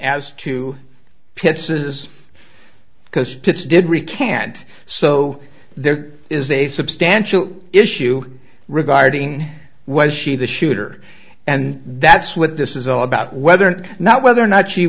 as to pitches because spitz did recant so there is a substantial issue regarding was she the shooter and that's what this is all about whether or not whether or not she